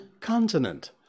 continent